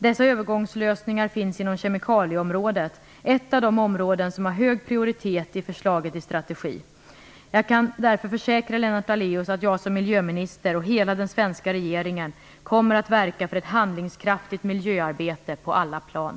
Dessa övergångslösningar finns inom kemikalieområdet - ett av de områden som har hög prioritet i förslaget till strategi. Jag kan därför försäkra Lennart Daléus att jag som miljöminister och hela den svenska regeringen kommer att verka för ett handlingskraftigt miljöarbete på alla plan.